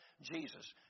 Jesus